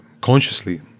consciously